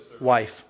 Wife